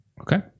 Okay